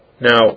Now